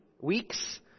weeks